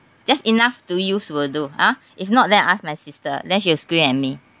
just enough to use will do ah if not then I ask my sister then she will scream at me